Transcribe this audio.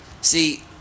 See